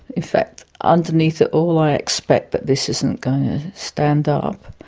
in fact underneath it all i expect that this isn't going to stand up,